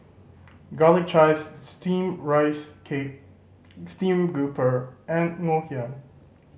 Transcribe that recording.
Garlic Chives Steamed Rice Cake stream grouper and Ngoh Hiang